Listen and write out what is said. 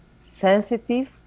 sensitive